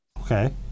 Okay